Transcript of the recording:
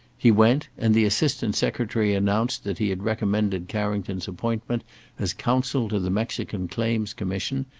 he went, and the assistant secretary announced that he had recommended carrington's appointment as counsel to the mexican claims-commission,